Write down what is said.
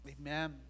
Amen